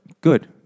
good